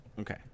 Okay